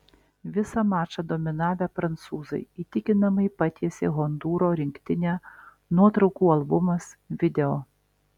visą mačą dominavę prancūzai įtikinamai patiesė hondūro rinktinę nuotraukų albumas video